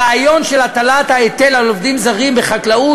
הרעיון של הטלת ההיטל על עובדים זרים בחקלאות